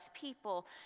people